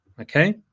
Okay